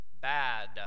bad